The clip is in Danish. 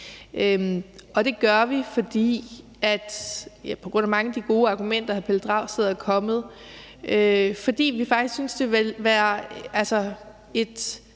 Det gør vi på grund af mange af de gode argumenter, som hr. Pelle Dragsted er kommet med, og fordi vi faktisk synes, at det ville være et